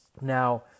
Now